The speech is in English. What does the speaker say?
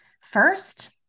First